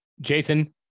Jason